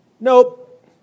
Nope